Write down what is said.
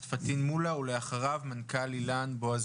פטין מולא ולאחריו בועז הרמן מנכ"ל אילן.